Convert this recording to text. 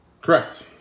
Correct